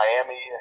Miami